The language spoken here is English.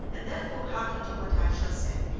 and therefore hearken to what i shall say,